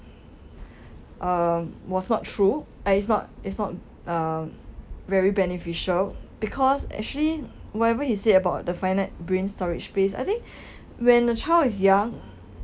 uh was not true I it's not it's not um very beneficial because actually whatever he said about the finite brain storage space I think when the child is young